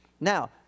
Now